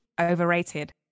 overrated